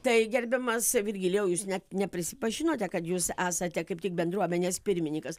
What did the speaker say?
tai gerbiamas virgilijau jūs net neprisipažinote kad jūs esate kaip tik bendruomenės pirminikas